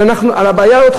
על הבעיה הזאת,